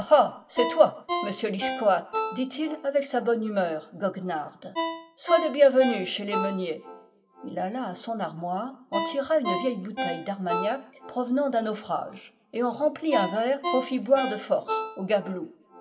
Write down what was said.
c'est toi monsieur liseoat dit-il avec sa bonne humeur goguenarde sois le bienvenu chez les meuniers il alla à son armoire en tira une vieille bouteille d'arma gnac provenant d'un naufrage et en remplit un verre qu'on fit boire de force au gabelou